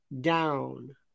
down